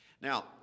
Now